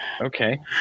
Okay